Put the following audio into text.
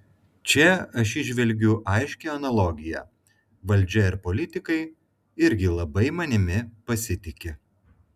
čia aš įžvelgiu aiškią analogiją valdžia ir politikai irgi labai manimi pasitiki